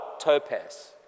topaz